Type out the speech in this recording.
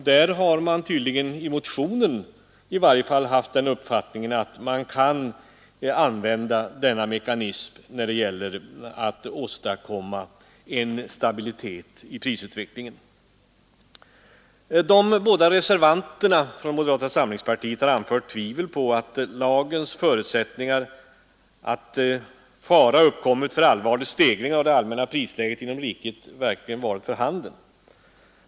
Man har tydligen i motionen i varje fall gett uttryck åt den uppfattningen att man i vissa lägen kan använda denna mekanism när det gäller att söka åstadkomma en stabilitet och broms i prisutvecklingen. De båda reservanterna från moderata samlingspartiet har anfört tvivel på att förutsättningarna för tillämpning av lagen, nämligen ”att fara har uppkommit för allvarlig stegring av det allmänna prisläget inom riket”, verkligen varit för handen.